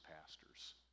pastors